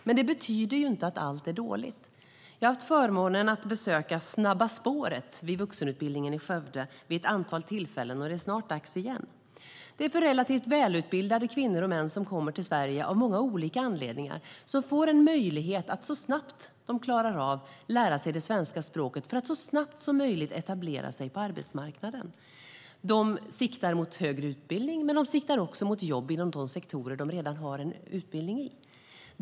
Men det betyder inte att allt är dåligt. Jag har haft förmånen att besöka Snabba spåret vid vuxenutbildningen i Skövde vid ett antal tillfällen, och det är snart dags igen. Det är till för relativt välutbildade kvinnor och män som kommer till Sverige av många olika anledningar. Dessa får en möjlighet att så snabbt de klarar av det lära sig svenska språket för att så snabbt som möjligt etablera sig på arbetsmarknaden. De siktar mot högre utbildning men också mot jobb inom de sektorer de redan har en utbildning i.